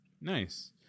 Nice